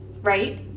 right